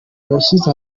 yashyize